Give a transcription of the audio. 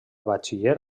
batxiller